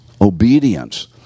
obedience